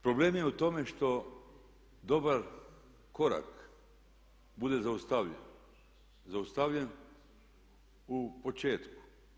Problem je u tome što dobar korak bude zaustavljen, zaustavljen u početku.